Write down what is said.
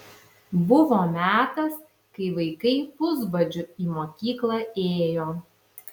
buvo metas kai vaikai pusbadžiu į mokyklą ėjo